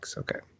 okay